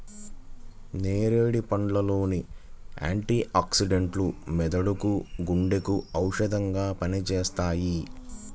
నేరేడు పండ్ల లోని యాంటీ ఆక్సిడెంట్లు మెదడుకు, గుండెకు ఔషధంగా పనిచేస్తాయి